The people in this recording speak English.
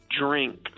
drink